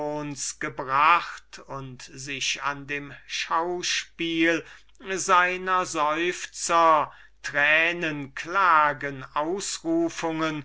und sich an dem schauspiel seiner seufzer tränen klagen ausrufungen